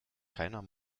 keiner